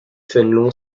fénelon